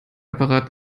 apparat